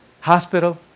hospital